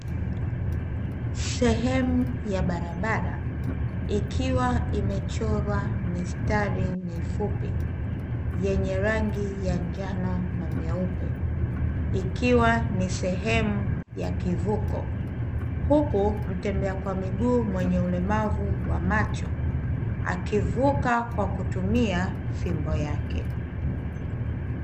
Sehemu ya barabara, ikiwa imechorwa mistari mifupi yenye rangi ya njano na nyeupe, ikiwa ni sehemu ya kivuko, huku mtembea kwa miguu mwenye ulemavu wa macho akivuka kwa kutumia fimbo yake.